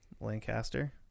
Lancaster